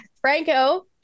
Franco